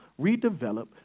redevelop